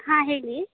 ಹಾಂ ಹೇಳಿ